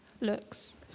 looks